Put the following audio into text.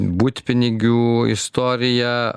butpinigių istoriją